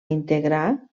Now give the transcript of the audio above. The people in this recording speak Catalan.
integrar